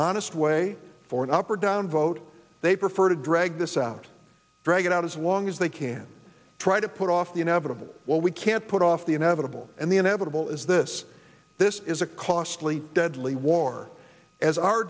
honest way for an up or down vote they prefer to drag this out drag it out as long as they can try to put off the inevitable well we can't put off the inevitable and the inevitable is this this is a costly deadly war as our